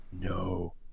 no